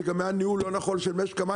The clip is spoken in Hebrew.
זה גם היה ניהול לא נכון של משק המים,